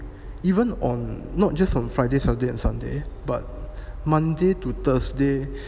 even on not just on friday saturday and sunday but monday to thursday